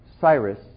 Cyrus